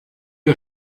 are